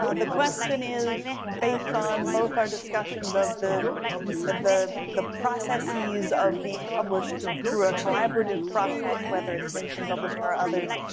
ah the question is based on both our discussions of the the processes of being published through a collaborative process, whether it's mainstream publishing or others,